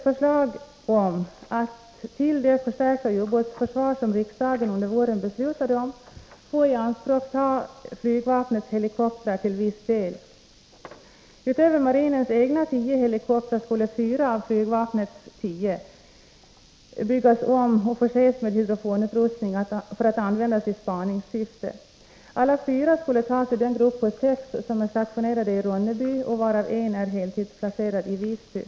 Förslaget var att till det förstärkta ubåtsförsvar som riksdagen under våren beslutat om få ianspråkta flygvapnets helikoptrar till viss del. Utöver marinens egna tio helikoptrar skulle fyra av flygvapnets tio helikoptrar byggas om och förses med hydrofonutrustning för att användas i spaningssyfte. Alla fyra skulle tas ur den grupp på sex helikoptrar som är Nr 19 stationerade i Ronneby, varav en är heltidsplacerad i Visby.